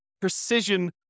precision